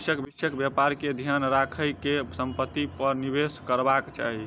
भविष्यक व्यापार के ध्यान राइख के संपत्ति पर निवेश करबाक चाही